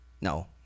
No